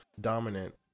dominant